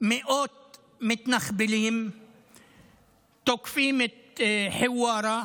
מאות מתנחבלים תוקפים את חווארה,